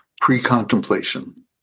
pre-contemplation